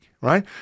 right